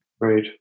right